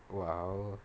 !wow!